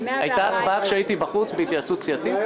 הייתה הצבעה כשהייתי בחוץ בהתייעצות סיעתית?